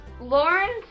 Lawrence